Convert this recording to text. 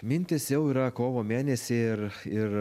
mintys jau yra kovo mėnesį ir ir